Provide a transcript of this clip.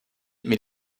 mais